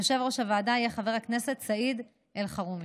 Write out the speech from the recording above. יושב-ראש הוועדה יהיה חבר הכנסת סעיד אלחרומי.